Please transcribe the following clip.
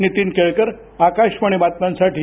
नीतीन केळकर आकाशवाणी बातम्यांसाठी पुणे